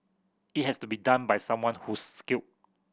it has to be done by someone who's skilled